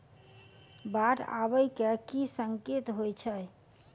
बाढ़ आबै केँ की संकेत होइ छै?